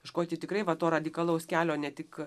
ieškoti tikrai vat to radikalaus kelio ne tik